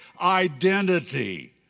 identity